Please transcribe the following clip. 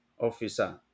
officer